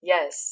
Yes